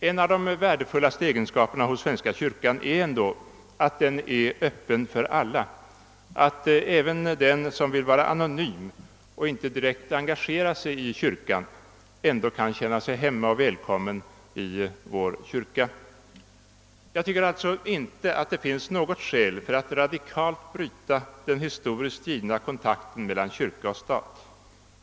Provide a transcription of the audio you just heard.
En av de värdefullaste egenskaperna hos svenska kyrkan är ändå att den är öppen för alla, att även den som vill vara anonym och inte direkt engagerar sig i kyrkan ändå kan känna sig hemma och välkommen där. Jag tycker alltså inte att det finns något skäl att radikalt bryta den historiskt givna kontakten mellan kyrka och stat.